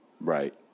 Right